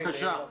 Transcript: בבקשה.